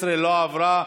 12 לא עברה.